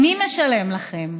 מי משלם לכם,